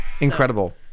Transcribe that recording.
Incredible